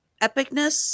epicness